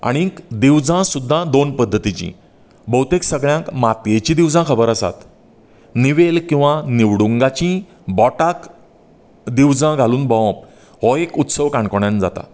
आनी दिवजां सुद्दां दोन पद्दतींक भोवतेक सगळ्यांक मातयेची दिवजां खबर आसा निवेल किंवा निवडूंगाची बोटाक दिवजां घालून भोवप हो एक उत्सव काणकोणांत जाता